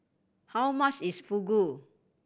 how much is Fugu